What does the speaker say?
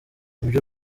nibyo